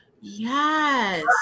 Yes